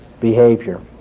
behavior